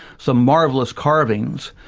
some marvelous carvings,